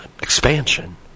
Expansion